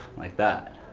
like that.